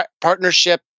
partnership